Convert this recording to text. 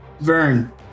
Vern